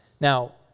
Now